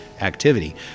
activity